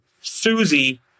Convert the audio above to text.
Susie